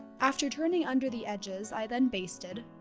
after turning under the edges i then basted.